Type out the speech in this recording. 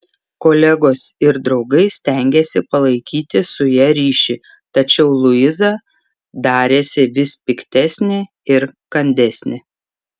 kolegos ir draugai stengėsi palaikyti su ja ryšį tačiau luiza darėsi vis piktesnė ir kandesnė